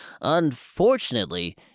Unfortunately